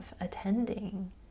attending